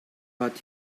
but